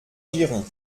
girons